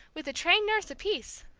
with a trained nurse apiece.